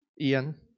Ian